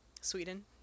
Sweden